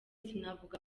sinavuga